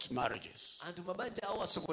marriages